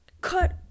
Cut